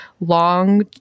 long